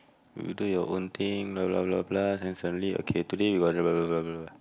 you do your own thing blah blah blah blah then suddenly okay today you will blah blah blah blah